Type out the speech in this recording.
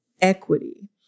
equity